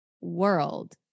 world